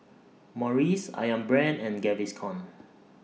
Morries Ayam Brand and Gaviscon